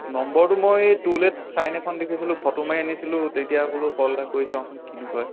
নম্বৰটো মই to let sign এখন দেখিছিলোঁ ফটো মাৰি আনিছিলোঁ তেতিয়া বোলো ক'ল এটা কৰি চাওঁচোন কিনো কয়